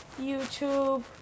YouTube